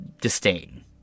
disdain